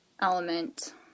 element